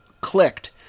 clicked